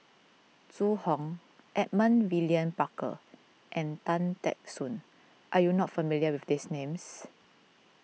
Zhu Hong Edmund William Barker and Tan Teck Soon are you not familiar with these names